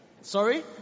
Sorry